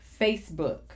Facebook